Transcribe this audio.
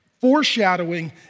foreshadowing